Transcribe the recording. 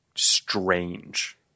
strange